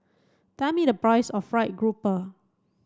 tell me the price of fried grouper